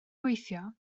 gweithio